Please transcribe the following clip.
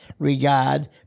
Regard